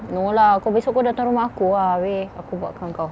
no lah kau besok kau datang rumah aku lah wei aku buatkan engkau